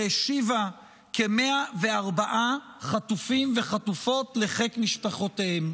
שהשיבה כ-104 חטופים וחטופות לחיק משפחותיהם.